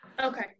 Okay